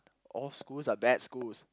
all schools are bad schools